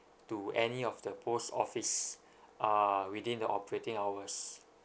to any of the post office uh within the operating hours